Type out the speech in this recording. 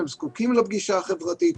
הם זקוקים לפגישה החברתית.